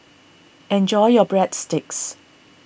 enjoy your Breadsticks